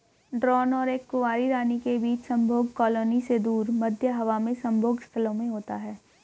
drone और एक कुंवारी रानी के बीच संभोग कॉलोनी से दूर, मध्य हवा में संभोग स्थलों में होता है